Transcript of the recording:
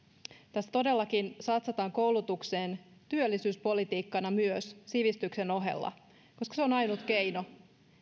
tässä todellakin satsataan koulutukseen työllisyyspolitiikkana myös sivistyksen ohella koska se on ainut keino